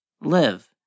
live